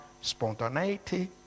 spontaneity